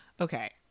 okay